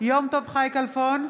יום טוב חי כלפון,